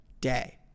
day